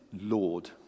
Lord